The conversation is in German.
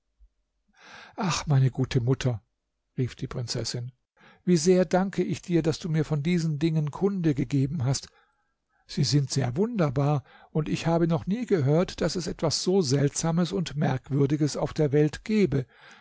ach meine gute mutter rief die prinzessin wie sehr danke ich dir daß du mir von diesen dingen kunde gegeben hast sie sind sehr wunderbar und ich habe noch nie gehört daß es etwas so seltsames und merkwürdiges auf der welt gebe